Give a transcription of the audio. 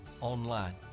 online